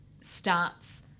starts